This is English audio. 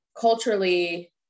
culturally